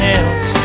else